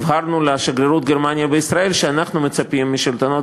הבהרנו לשגרירות גרמניה בישראל שאנחנו מצפים משלטונות